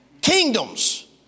kingdoms